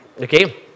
Okay